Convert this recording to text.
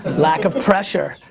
lack of pressure.